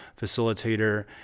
facilitator